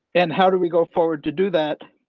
and how do we go forward to do that?